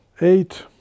eight